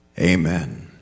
Amen